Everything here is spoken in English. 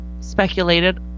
speculated